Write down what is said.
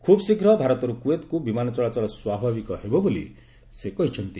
ଖୁବ୍ ଶୀଘ୍ର ଭାରତରୁ କୁଏତ୍କୁ ବିମାନ ଚଳାଚଳ ସ୍ୱାଭାବିକ ହେବ ବୋଲି ସେ କହିଛନ୍ତି